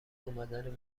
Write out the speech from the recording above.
امدن